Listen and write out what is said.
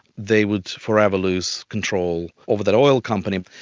they would forever lose control over that oil company.